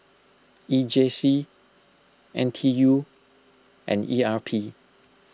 E J C N T U and E R P